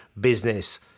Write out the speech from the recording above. business